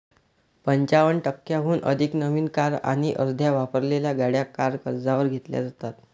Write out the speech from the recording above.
पंचावन्न टक्क्यांहून अधिक नवीन कार आणि अर्ध्या वापरलेल्या गाड्या कार कर्जावर घेतल्या जातात